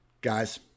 Guys